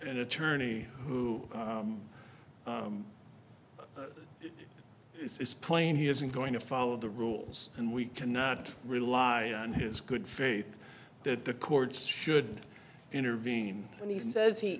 an attorney who is playing he isn't going to follow the rules and we cannot rely on his good faith that the courts should intervene and he says he